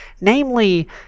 namely